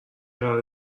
قرار